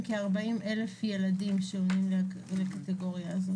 כ-40,000 ילדים שעונים לקטגוריה הזו.